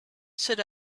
sit